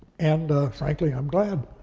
and frankly, i'm glad.